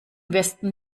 westen